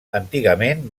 antigament